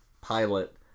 pilot